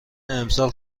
امسال